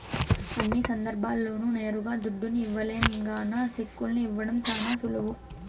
అన్ని సందర్భాల్ల్లోనూ నేరుగా దుడ్డుని ఇవ్వలేం గాన సెక్కుల్ని ఇవ్వడం శానా సులువు